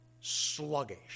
sluggish